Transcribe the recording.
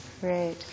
Great